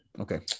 Okay